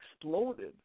exploded